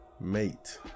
mate